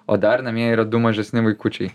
o dar namie yra du mažesni vaikučiai